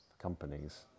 companies